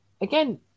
Again